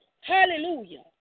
hallelujah